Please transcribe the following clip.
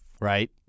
right